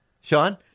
Sean